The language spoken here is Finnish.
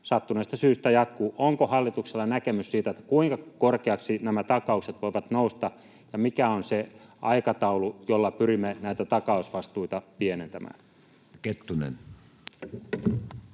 sattuneesta syystä jatkuu. Onko hallituksella näkemys siitä, kuinka korkeaksi takaukset voivat nousta, ja mikä on se aikataulu, jolla pyrimme takausvastuita pienentämään? [Speech